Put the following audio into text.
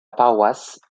paroisse